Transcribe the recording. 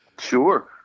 Sure